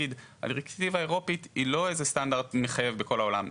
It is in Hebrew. הדירקטיבה האירופאית היא לא סטנדרט מחייב בכל העולם.